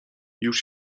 już